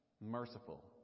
merciful